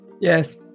Yes